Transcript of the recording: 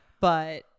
but-